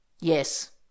Yes